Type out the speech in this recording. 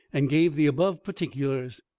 and gave the above particulars.